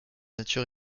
nature